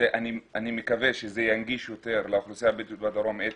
אני מקווה שזה ינגיש יותר לאוכלוסייה הבדואית בדרום את